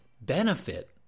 benefit